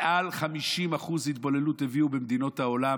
מעל 50% התבוללות הביאו במדינות העולם.